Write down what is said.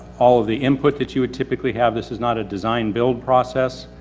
all of the input that you would typically have. this is not a design build process.